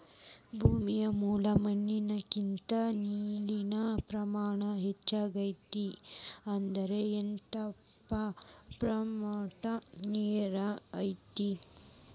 ಭೂಮಿ ಮ್ಯಾಲ ಮಣ್ಣಿನಕಿಂತ ನೇರಿನ ಪ್ರಮಾಣಾನ ಹೆಚಗಿ ಐತಿ ಅಂದ್ರ ಎಪ್ಪತ್ತ ಪರಸೆಂಟ ನೇರ ಐತಿ